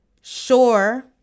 sure